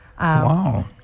Wow